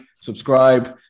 subscribe